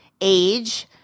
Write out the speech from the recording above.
age